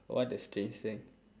what a strange thing